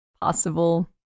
possible